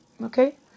Okay